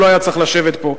והוא לא היה צריך לשבת פה.